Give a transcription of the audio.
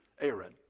Aaron